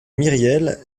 myriel